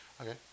Okay